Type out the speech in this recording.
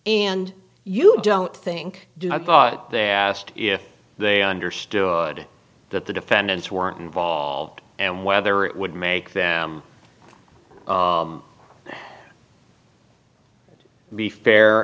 and you don't think do i thought there if they understood that the defendants weren't involved and whether it would make them be fair